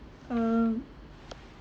um